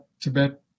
Tibet